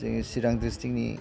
जोंनि चिरां दिस्ट्रिक्टनि